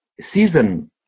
season